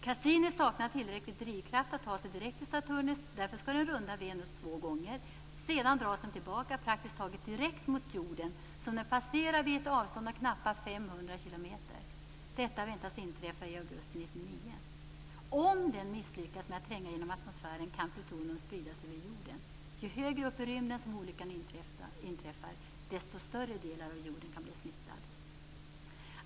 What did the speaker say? Cassini saknar tillräcklig drivkraft att ta sig direkt till Saturnus, därför skall den runda Venus två gånger. Sedan dras den tillbaka, praktiskt taget direkt mot jorden, som den passerar vid ett avstånd av knappa 500 km. Detta väntas inträffa i augusti 1999. Om sonden misslyckas med att tränga genom atmosfären kan plutonium spridas över jorden. Ju högre upp i rymden som olyckan inträffar, desto större delar av jorden kan bli smittade.